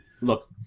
Look